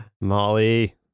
Molly